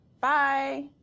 Bye